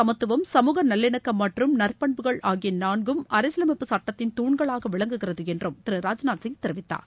சமத்துவம் சமூக நல்லிணக்கம் மற்றும் நற்பண்புகள் ஆகிய நான்கும் அரசியலமைப்பு சுட்டத்தின் துண்களாக விளங்குகிறது என்றும் திரு ராஜ்நாத் சிங் தெரிவித்தார்